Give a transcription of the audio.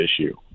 issue